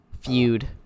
Feud